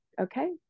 Okay